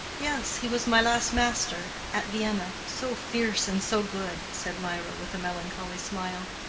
yes, he was my last master at vienna so fierce and so good, said mirah, with a melancholy smile.